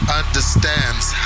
understands